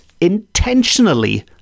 intentionally